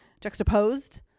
juxtaposed